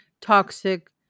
toxic